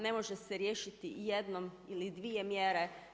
Ne može se riješiti jednom ili dvije mjere.